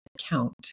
count